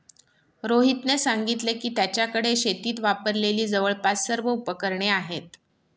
रोहितने सांगितले की, त्याच्याकडे शेतीत वापरलेली जवळपास सर्व उपकरणे आहेत